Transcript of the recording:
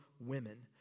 women